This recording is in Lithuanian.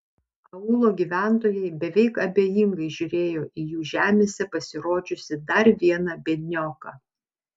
aūlo gyventojai beveik abejingai žiūrėjo į jų žemėse pasirodžiusį dar vieną biednioką